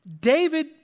David